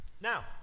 now